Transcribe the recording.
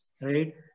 right